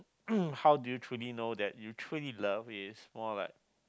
how do you truly know that you truly love is more like